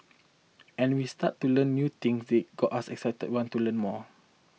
and we started to learn new things that got us excited to want to learn more